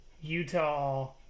Utah –